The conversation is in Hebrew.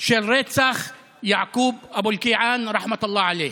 של רצח יעקוב אבו אלקיעאן, רחמאת אללה עליהי.